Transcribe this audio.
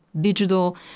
digital